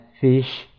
fish